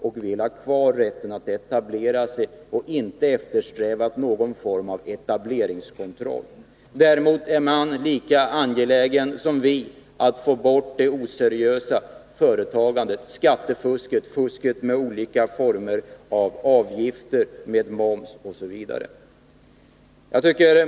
De vill ha kvar rätten att etablera sig och eftersträvar inte någon form av etableringskontroll. Däremot är de lika angelägna som vi att få bort det oseriösa företagandet, skattefusket, fusket med olika former av avgifter, med moms osv.